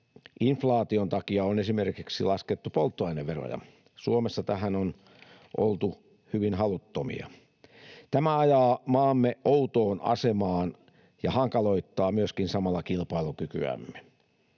inflaation takia on esimerkiksi laskettu polttoaineveroja. Suomessa tähän on oltu hyvin haluttomia. Tämä ajaa maamme outoon asemaan ja hankaloittaa myöskin samalla kilpailukykyämme.